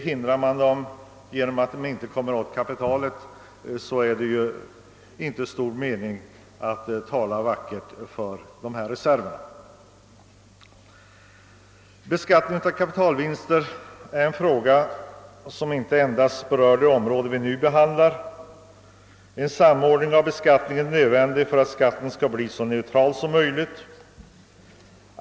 Lägger man hinder på sådant sätt att de inte kommer åt kapitalet, är det inte stor mening med att tala vackert om reserverna. Beskattning av kapitalvinst är en fråga som inte endast berör det område som vi nu behandlar; en samordning av beskattningen är nödvändig för att denna skall bli så neutral som möjligt.